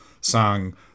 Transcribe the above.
sang